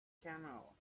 canal